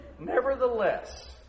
Nevertheless